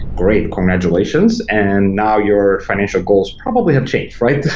great. congratulations, and now your financial goals probably have changed, right?